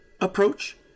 approach